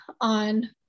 on